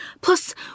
Plus